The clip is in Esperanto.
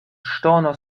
ŝtono